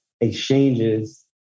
exchanges